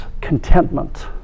contentment